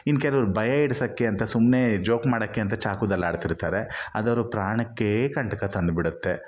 ಇನ್ನು ಕೆಲವರು ಭಯ ಇಡ್ಸೋಕ್ಕೆ ಅಂತ ಸುಮ್ಮನೆ ಜೋಕ್ ಮಾಡೋಕ್ಕೆ ಅಂತ ಚಾಕುದಲ್ಲಿ ಆಡ್ತಿರ್ತಾರೆ ಅದು ಅವ್ರ ಪ್ರಾಣಕ್ಕೇ ಕಂಟಕ ತಂದ್ಬಿಡುತ್ತೆ